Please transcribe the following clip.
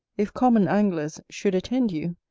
if common anglers should attend you,